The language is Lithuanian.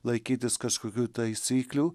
laikytis kažkokių taisyklių